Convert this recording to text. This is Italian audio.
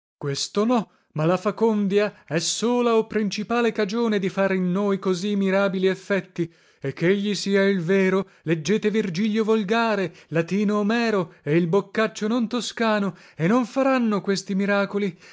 questo no ma la facondia è sola o principale cagione di far in noi così mirabili effetti e chegli sia il vero leggete virgilio volgare latino omero e il boccaccio non toscano e non faranno questi miracoli